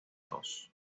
tos